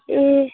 ए